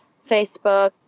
Facebook